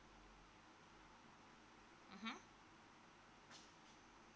mmhmm